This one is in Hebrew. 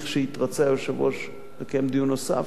לכשיתרצה היושב-ראש לקיים דיון נוסף,